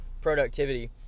productivity